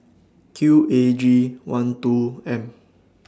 Q A G one two M